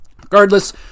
regardless